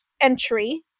entry